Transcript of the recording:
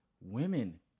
women